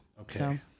Okay